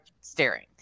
staring